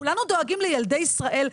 כולנו דואגים לילדי ישראל,